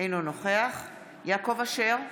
אינו נוכח יעקב אשר,